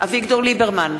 אביגדור ליברמן,